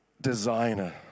designer